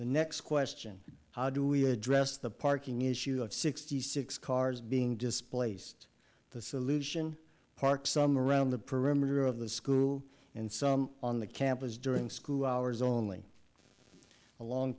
the next question how do we address the parking issue of sixty six cars being displaced the solution park some around the perimeter of the school and some on the campus during school hours only along